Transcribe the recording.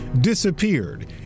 disappeared